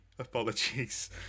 Apologies